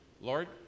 Lord